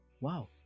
wow